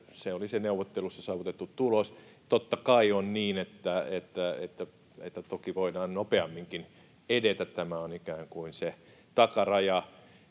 Se oli se neuvottelussa saavutettu tulos. Totta kai on niin, että toki voidaan nopeamminkin edetä. Tämä on ikään kuin se takaraja.